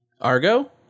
Argo